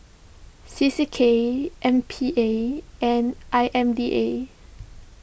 C C K M P A and I M D A